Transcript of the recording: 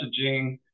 messaging